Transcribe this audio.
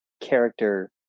character